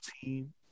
team